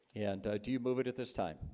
and do you move it at this time?